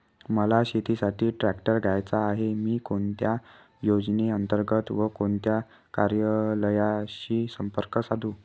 मला शेतीसाठी ट्रॅक्टर घ्यायचा आहे, मी कोणत्या योजने अंतर्गत व कोणत्या कार्यालयाशी संपर्क साधू?